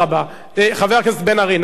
חבר הכנסת בן-ארי, נא לא להפריע.